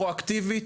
פרואקטיבית.